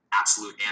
absolute